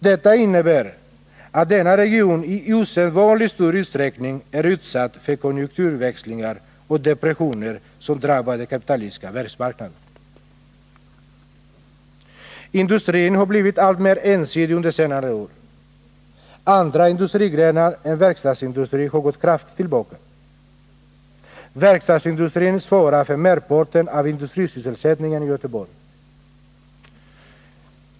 Det innebär att denna region i osedvanligt stor utsträckning är utsatt för de konjunkturväxlingar och depressioner som drabbar den kapitalistiska världsmarknaden. Industrin har blivit alltmer ensidig under senare år. Andra industrigrenar än verkstadsindustrin har gått kraftigt tillbaka. Verkstadsindustrin svarar för merparten av industrisysselsättningen i Göteborg.